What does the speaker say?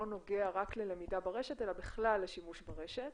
נוגע רק ללמידה ברשת אלא בכלל לשימוש ברשת.